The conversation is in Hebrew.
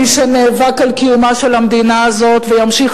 מי שנאבק על קיומה של המדינה הזאת וימשיך